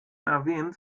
erwähnt